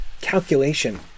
calculation